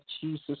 Jesus